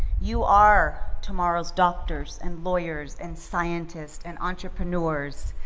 you are tomorrow's doctors and lawyers and scientists and entrepreneurs.